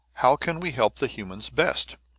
how can we help the humans best?